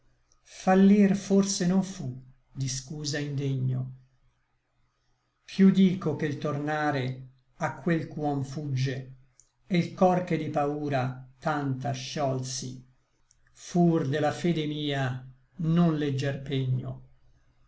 fallir forse non fu di scusa indegno piú dico che l tornare a quel ch'uom fugge e l cor che di paura tanta sciolsi fur de la mia fede non leggier pegno